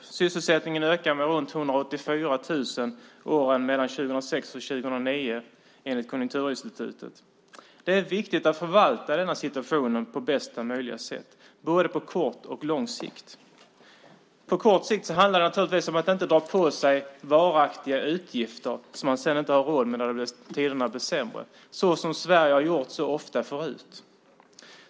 Antalet sysselsatta ökar med runt 184 000 mellan 2006 och 2009 enligt Konjunkturinstitutet. Det är viktigt att förvalta denna situation på bästa möjliga sätt på både kort och lång sikt. På kort sikt handlar det om att inte dra på sig varaktiga utgifter som man sedan inte har råd med när tiderna blir sämre - så som Sverige har gjort så ofta förut.